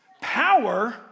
power